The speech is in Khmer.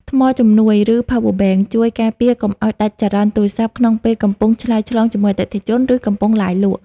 ថ្មជំនួយ ឬ Power Bank ជួយការពារកុំឱ្យដាច់ចរន្តទូរស័ព្ទក្នុងពេលកំពុងឆ្លើយឆ្លងជាមួយអតិថិជន ឬកំពុងឡាយលក់។